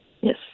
Yes